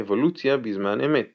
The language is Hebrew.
אבולוציה בזמן אמת